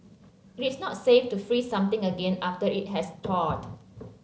it is not safe to freeze something again after it has thawed